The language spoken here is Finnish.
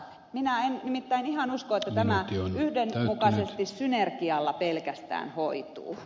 minä en nimittäin ihan usko että tämä yhdenmukaisesti synergialla pelkästään hoituu